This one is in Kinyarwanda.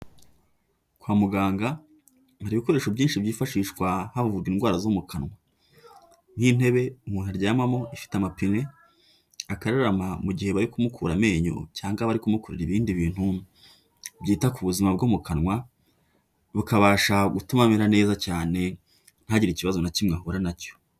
Kwa muganga hari ibikoresho byinshi byifashishwa havurwa indwara zo mu kanwa, nk'intebe umuntu aryamamo ifite amapine, akarama mu gihe bari kumukura amenyo, cyangwa bari kumukorera ibindi bintu byita ku buzima bwo mu kanwa, bukabasha gutuma amera neza cyane, ntagire ikibazo na kimwe ahura nacyo.